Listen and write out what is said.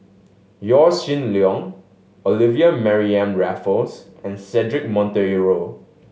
Yaw Shin Leong Olivia Mariamne Raffles and Cedric Monteiro